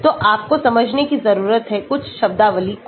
तो आपको समझने की जरूरत है कुछ शब्दावली को